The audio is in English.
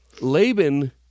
Laban